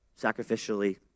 sacrificially